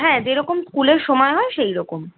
হ্যাঁ যেরকম স্কুলের সময় হয় সেই রকম